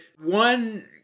one